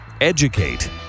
Educate